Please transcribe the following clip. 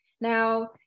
Now